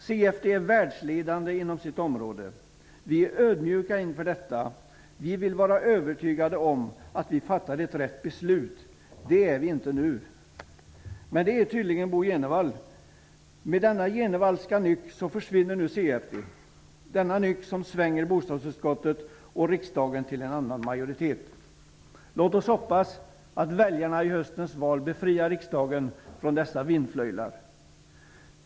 CFD är världsledande inom sitt område. Vi är ödmjuka inför detta. Vi vill vara övertygade om att vi fattar ett riktigt beslut. Det är vi inte nu. Men det är tydligen Bo Jenevall. Med denna Jenevallska nyck försvinner nu CFD, denna nyck som svänger bostadsutskottet och riksdagen till en annan majoritet. Låt oss hoppas att väljarna i höstens val befriar riksdagen från dessa vindflöjlar.